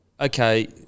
okay